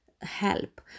help